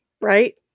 right